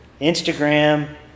Instagram